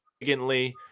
significantly